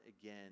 again